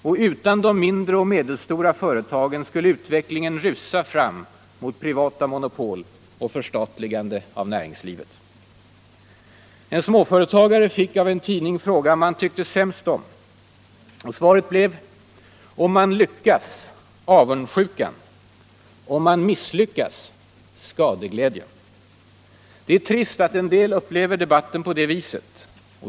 Och utan de mindre och medelstora företagen skulle utvecklingen rusa fram mot privata monopol och förstatligande av näringslivet. En småföretagare fick av en tidning frågan vad han tyckte sämst om. Svaret blev: ”Om man lyckas: avundsjukan. Om man misslyckas: skadeglädjen.” Det är trist att en del upplever debatten på det viset.